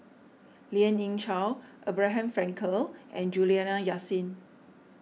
Lien Ying Chow Abraham Frankel and Juliana Yasin